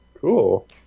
Cool